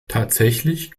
tatsächlich